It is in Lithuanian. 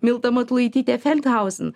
milda matulaitytė feldhausen